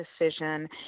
decision